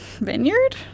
vineyard